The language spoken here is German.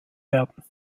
werden